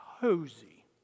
cozy